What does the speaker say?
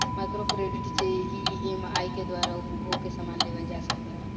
micro credit से EMI के द्वारा उपभोग के समान लेवल जा सकेला